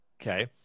okay